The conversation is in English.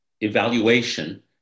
evaluation